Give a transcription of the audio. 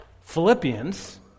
philippians